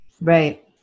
right